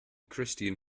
christian